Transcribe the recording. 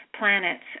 planets